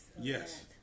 Yes